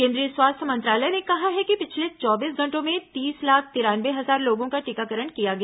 केन्द्रीय स्वास्थ्य मंत्रालय ने कहा है कि पिछले चौबीस घंटों में तीस लाख तिरानवे हजार लोगों का टीकाकरण किया गया